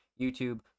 YouTube